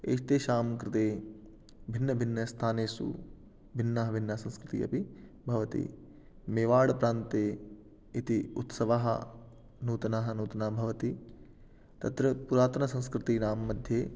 एतेषां कृते भिन्नभिन्नस्थानेषु भिन्नभिन्नसंस्कृतिः अपि भवति मेवाड़प्रान्ते इति उत्सवः नूतनः नूतनः भवति तत्र पुरातनसंस्कृतीनां मध्ये